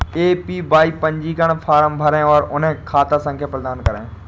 APY पंजीकरण form भरें और उन्हें खाता संख्या प्रदान करें